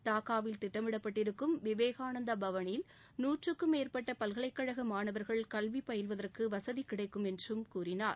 டாக்காவில் திட்டமிடப்பட்டிருக்கும் விவேகானந்தா பவளில் நூற்றுக்கும் மேற்பட்ட பல்கலைக்கழக மாணவர்கள் கல்வி பயில்வதற்கு வசதி கிடைக்கும் என்றும் கூறினார்